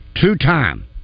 two-time